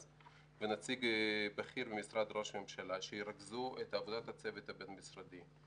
ונציג בכיר ממשרד ראש הממשלה שירכזו את עבודת הצוות הבין-משרדי.